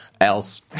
else